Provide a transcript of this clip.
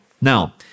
Now